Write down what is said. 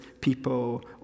people